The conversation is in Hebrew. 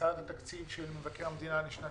הצעת התקציב של מבקר המדינה לשנת